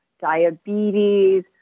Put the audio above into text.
diabetes